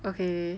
okay